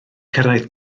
cyrraedd